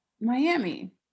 Miami